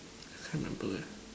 I member it